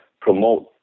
promote